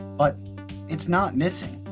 but it's not missing.